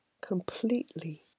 completely